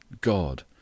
God